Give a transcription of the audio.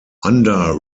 under